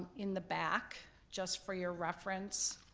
in the back, just for your reference,